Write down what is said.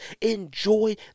Enjoy